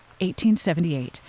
1878